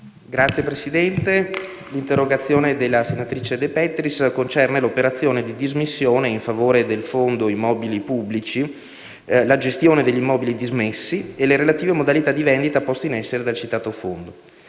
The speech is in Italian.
Signor Presidente, l'interrogazione della senatrice De Petris, concerne l'operazione di dismissione in favore del Fondo immobili pubblici, la gestione degli immobili dismessi e le relative modalità di vendita poste in essere dal citato fondo.